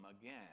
again